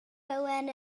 owen